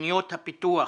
בתוכניות הפיתוח